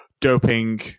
doping